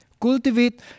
Cultivate